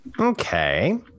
Okay